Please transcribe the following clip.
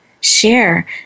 Share